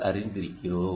அறிந்திருக்கிறோம்